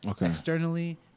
externally